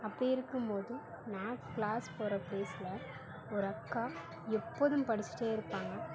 அப்படி இருக்குபோதும் நான் க்ளாஸ் போகற ப்ளேஸ்ல ஒரு அக்கா எப்போதும் படிஷ்ட்டே இருப்பாங்க